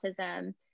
autism